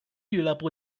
俱乐部